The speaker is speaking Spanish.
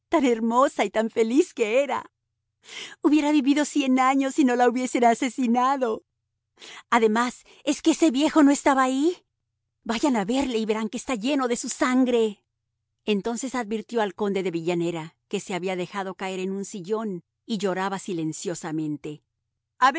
tan hermosa y tan feliz que era hubiera vivido cien años si no la hubiesen asesinado además es que ese viejo no estaba ahí vayan a verle y verán que está lleno de su sangre entonces advirtió al conde de villanera que se había dejado caer en un sillón y lloraba silenciosamente